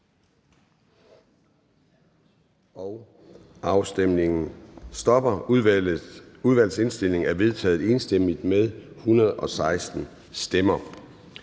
Afstemningen stopper. Udvalgets indstilling er enstemmigt vedtaget med 116 stemmer.